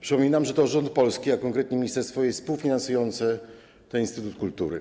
Przypominam, że to rząd polski, a konkretnie ministerstwo, jest współfinansującym ten instytut kultury.